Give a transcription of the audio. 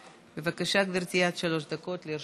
בבקשה, גברתי, עד שלוש דקות לרשותך.